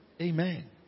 Amen